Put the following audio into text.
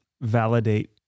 validate